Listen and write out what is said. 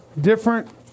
different